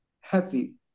happy